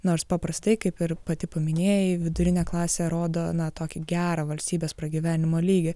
nors paprastai kaip ir pati paminėjai vidurinę klasę rodo ana tokį gerą valstybės pragyvenimo lygį